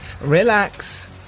relax